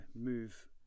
move